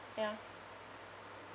ya